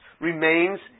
remains